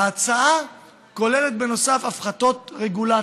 ההצעה כוללת בנוסף הפחתות רגולציה.